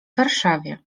warszawie